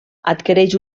adquireix